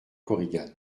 korigane